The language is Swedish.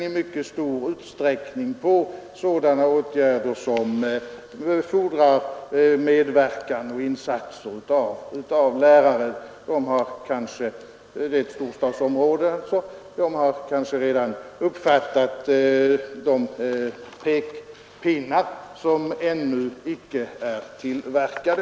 I mycket stor utsträckning är det åtgärder som fordrar medverkan och insatser av lärare. Men det är ju fråga om ett storstadsområde, och man har kanske där redan uppfattat de pekpinnar som ännu inte är tillverkade.